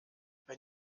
wenn